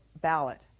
ballot